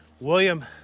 William